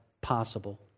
possible